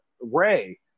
ray